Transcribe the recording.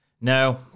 No